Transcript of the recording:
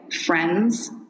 friends